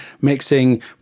mixing